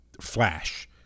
Flash